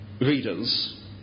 readers